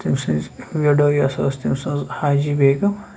تٔمۍ سٕنٛزِ وِڈو یۄس ٲس تٔمۍ سٕنٛز حاجی بیگَم